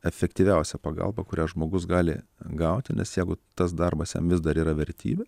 efektyviausia pagalba kurią žmogus gali gauti nes jeigu tas darbas jam vis dar yra vertybė